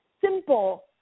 simple